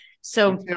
So-